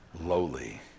lowly